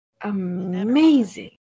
Amazing